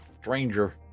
stranger